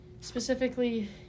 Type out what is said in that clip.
specifically